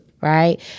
right